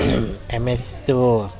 M S وہ